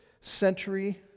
century